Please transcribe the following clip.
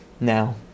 now